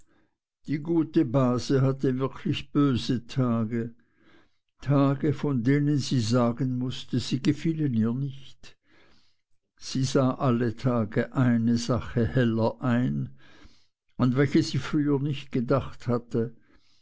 die gute base hatte wirklich böse tage tage von denen sie sagen mußte sie gefielen ihr nicht sie sah alle tage eine sache heller ein an welche sie früher nicht gedacht hatte